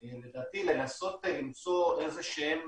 לדעתי לנסות למצוא איזה שהם